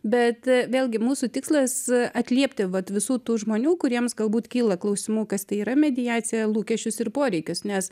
bet vėlgi mūsų tikslas atliepti vat visų tų žmonių kuriems galbūt kyla klausimų kas tai yra mediacija lūkesčius ir poreikius nes